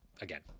again